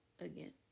again